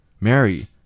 Mary